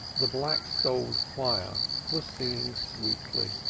the black-stoled choir was singing sweetly,